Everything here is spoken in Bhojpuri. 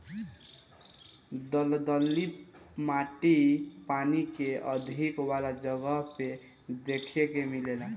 दलदली माटी पानी के अधिका वाला जगह पे देखे के मिलेला